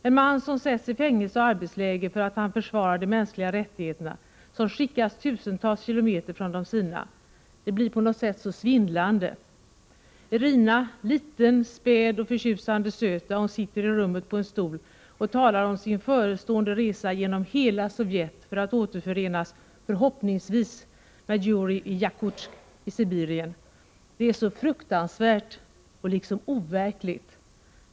En man som sätts i fängelse och arbetsläger för att han försvarar de mänskliga rättigheterna och som skickas tusentals kilometer från de sina. Det blir på något sätt så svindlande. Irina, liten, späd och förtjusande söt, där hon sitter i rummet på en stol och talar om sin förestående resa genom hela Sovjet för att återförenas, förhoppningsvis, med Jurij i Jakutsk i Sibirien — det är så fruktansvärt och liksom overkligt.